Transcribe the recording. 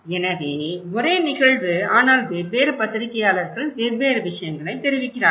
எனவே ஒரே நிகழ்வு ஆனால் வெவ்வேறு பத்திரிகையாளர்கள் வெவ்வேறு விஷயங்களைப் தெரிவிக்கிறார்கள்